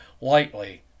lightly